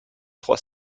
trois